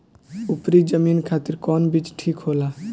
उपरी जमीन खातिर कौन बीज ठीक होला?